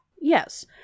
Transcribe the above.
Yes